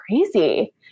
crazy